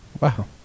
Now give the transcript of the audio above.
Wow